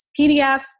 PDFs